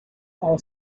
all